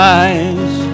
eyes